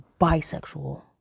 bisexual